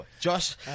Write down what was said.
Josh